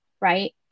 right